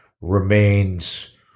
remains